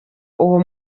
uwo